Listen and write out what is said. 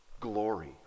glory